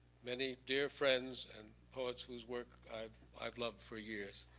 many dear friends and poet's who's work i've i've loved for years.